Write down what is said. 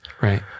Right